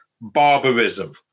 barbarism